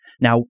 Now